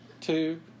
two